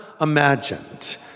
imagined